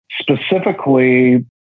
specifically